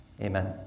Amen